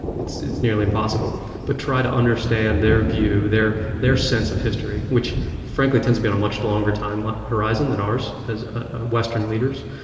it's it's nearly impossible but try to understand their view, their their sense of history, which frankly tends to be on a much longer time horizon than ours, as western leaders.